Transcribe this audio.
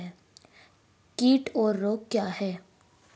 कीट और रोग क्या हैं?